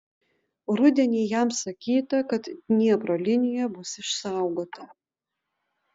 rudenį jam sakyta kad dniepro linija bus išsaugota